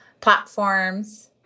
platforms